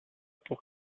pour